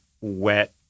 wet